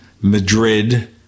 madrid